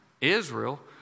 Israel